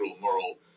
moral